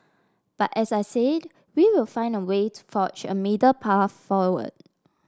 but as I say we will find a way to forge a middle path forward